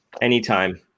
anytime